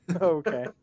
okay